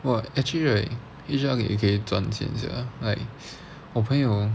!wah! actually right H_R 可以赚钱 sia